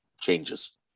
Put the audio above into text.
changes